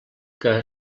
que